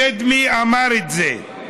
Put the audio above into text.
שדמי אמר את זה,